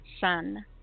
sun